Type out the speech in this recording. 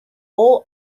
all